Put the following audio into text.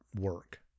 work